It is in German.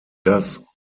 das